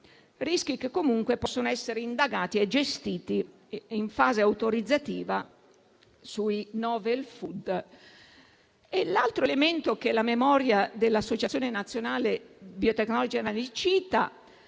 rischi che possono essere indagati e gestiti in fase autorizzativa sui *novel food*. L'altro aspetto che la memoria dell'Associazione nazionale dei biotecnologi ricorda